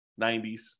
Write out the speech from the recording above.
90s